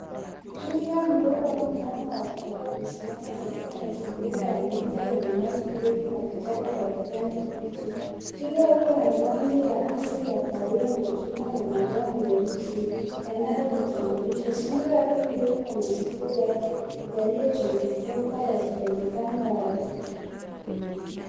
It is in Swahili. Twiga mdogo au mnyama wa twiga amesimama katika mazingira ya nyika yenye nyasi ndefu na vichaka vya kijani kibichi. Twiga huyo ana rangi haswa ya kahawia machungwa na madoa meusi yanayomtambulisha. Sura yake ndefu na masikio yaliyochomoka yakionekana wazi.